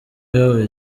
yayoboye